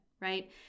right